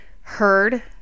heard